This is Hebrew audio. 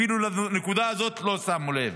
אפילו לנקודה הזאת לא שמו לב.